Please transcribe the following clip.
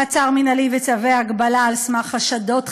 מעצר מינהלי וצווי הגבלה על סמך חשדות חסויים,